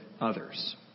others